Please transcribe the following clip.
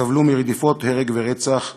שסבלו מרדיפות, הרג ורצח,